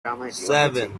seven